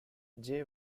jay